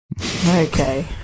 Okay